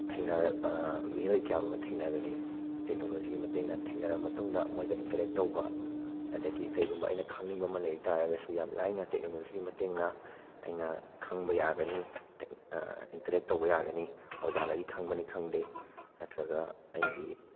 ꯊꯦꯡꯅꯔꯛ ꯃꯤꯑꯣꯏ ꯀꯌꯥ ꯑꯃ ꯊꯦꯡꯅꯒꯅꯤ ꯇꯦꯛꯅꯣꯂꯣꯖꯤꯒꯤ ꯃꯇꯦꯡꯅ ꯊꯦꯡꯅꯔꯕ ꯃꯇꯨꯡꯗ ꯃꯣꯏꯒ ꯏꯟꯇꯔꯦꯛ ꯇꯧꯕ ꯑꯗꯒꯤ ꯀꯩꯒꯨꯝꯕ ꯑꯩꯅ ꯈꯪꯅꯤꯡꯕ ꯑꯃ ꯂꯩꯇꯔꯥꯒꯁꯨ ꯌꯥꯝ ꯂꯥꯏꯅ ꯇꯦꯛꯅꯣꯂꯣꯖꯤꯒꯤ ꯃꯇꯦꯡꯅ ꯑꯩꯅ ꯈꯪꯕ ꯌꯥꯒꯅꯤ ꯏꯟꯇꯔꯦꯛ ꯇꯧꯕ ꯌꯥꯒꯅꯤ ꯑꯣꯖꯥꯗꯒꯤ ꯈꯪꯕꯅꯤ ꯈꯪꯗꯦ ꯅꯠꯇꯔꯒ ꯑꯩꯒꯤ